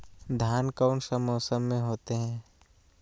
धान कौन सा मौसम में होते है?